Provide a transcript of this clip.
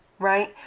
right